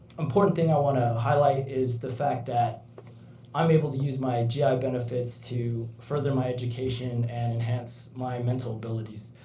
important thing i want highlight is the fact that i'm able to use my gi ah benefits to further my education and enhance my mental abilities.